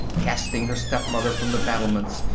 casting her stepmother from the battlements,